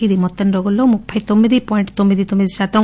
ఇది మొత్తం రోగుల్లో ముప్పై తొమ్మిది పాయింట్ తొమ్మిది శాతం